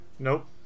Nope